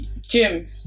Gym